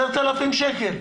10,000 שקל.